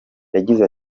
yagize